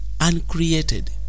uncreated